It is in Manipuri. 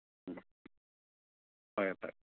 ꯎꯝ ꯐꯔꯦ ꯐꯔꯦ